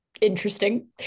interesting